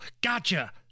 gotcha